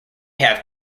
have